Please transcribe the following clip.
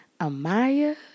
Amaya